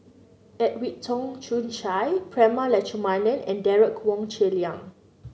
Edwin Tong Chun Fai Prema Letchumanan and Derek Wong Zi Liang